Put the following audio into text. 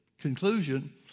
conclusion